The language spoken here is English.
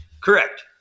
Correct